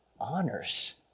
honors